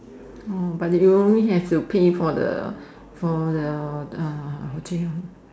but you only have to pay for the for the watching